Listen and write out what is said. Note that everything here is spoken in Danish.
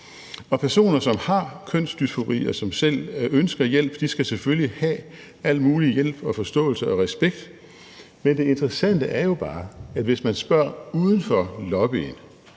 Personer, som har kønsdysfori, og som selv ønsker hjælp, skal selvfølgelig have al mulig hjælp og forståelse og respekt, men det interessante er jo bare, at hvis man spørger uden for lobbyen,